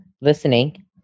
listening